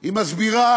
היא מסבירה,